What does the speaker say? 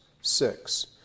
six